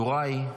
יוראי,